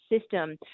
system